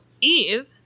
Eve